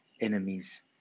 enemies